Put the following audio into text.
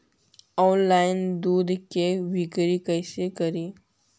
Online दुध के बिक्री कैसे करि?